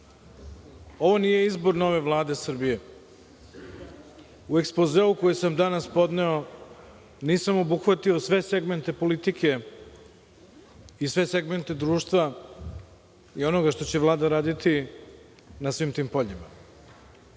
ovo nije izbor nove Vlade Srbije. U ekspozeu koji sam danas podneo, nisam obuhvatio sve segmente politike i sve segmente društva i onoga što će Vlada raditi na svim tim poljima. Ova